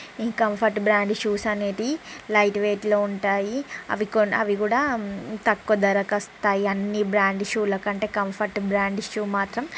ఈ comfort brand shoes అనేది light వేట్లో ఉంటాయి అవి కొన్ని అవి కూడా తక్కువ ధరకి వస్తాయి అన్ని బ్రాండ్ షూలకంటే కంఫర్ట్ బ్రాండ్ షూ మాత్రం